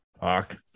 Fuck